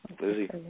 Lizzie